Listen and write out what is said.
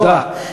תודה.